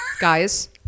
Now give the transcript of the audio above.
guys